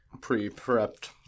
pre-prepped